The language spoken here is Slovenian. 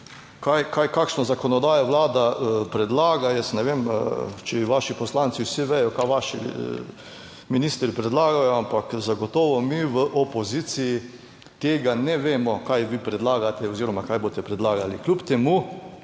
kakšno zakonodajo Vlada predlaga, jaz ne vem, če vaši poslanci, vsi vedo kaj vaši ministri predlagajo, ampak zagotovo, mi v opoziciji tega ne vemo kaj vi predlagate oziroma kaj boste predlagali. Kljub temu